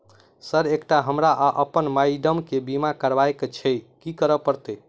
Sir एकटा हमरा आ अप्पन माइडम केँ बीमा करबाक केँ छैय की करऽ परतै?